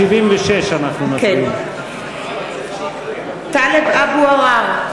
(קוראת בשמות חברי הכנסת) טלב אבו עראר,